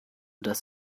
das